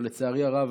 אבל לצערי הרב,